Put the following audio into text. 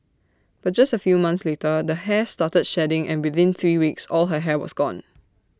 but just A few months later the hair started shedding and within three weeks all her hair was gone